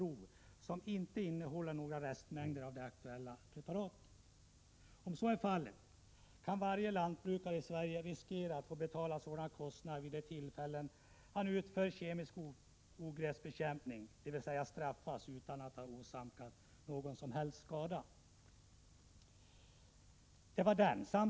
Om så är fallet, kan varje lantbrukare i Sverige riskera att få betala sådana kostnader vid de tillfällen han utför kemisk ogräsbekämpning, dvs. straffas utan att ha åsamkat någon skada.